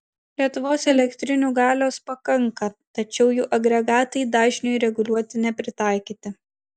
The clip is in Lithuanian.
lietuvos elektrinių galios pakanka tačiau jų agregatai dažniui reguliuoti nepritaikyti